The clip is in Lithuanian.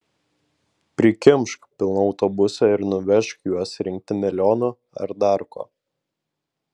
prikimšk pilną autobusą ir nuvežk juos rinkti melionų ar dar ko